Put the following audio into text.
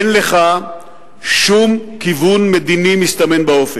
אין לך, שום כיוון מדיני מסתמן באופק?